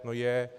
No je.